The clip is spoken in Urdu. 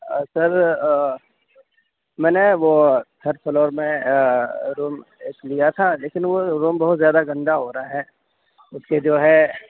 آ سر میں ںے وہ تھرڈ فلور میں روم ایک لیا تھا لیکن وہ روم بہت زیادہ گندا ہو رہا ہے اُس کے جو ہے